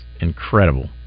incredible